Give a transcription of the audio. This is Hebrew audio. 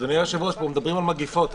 --- אדוני היושב-ראש, פה מדברים על מגפות.